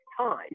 time